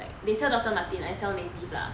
they sell doctor marten I sell native lah